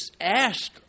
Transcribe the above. asked